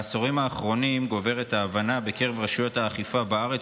בעשורים האחרונים גוברת ההבנה בקרב רשויות האכיפה בארץ